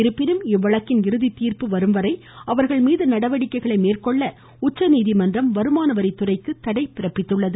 இருப்பினும் இவ்வழக்கின் இறுதி தீர்ப்பு வரும் வரை அவர்கள் மீது நடவடிக்கைகள் மேற்கொள்ள உச்சநீதிமன்றம் வருமானவரித் துறைக்கு தடைவிதித்துள்ளது